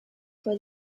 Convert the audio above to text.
for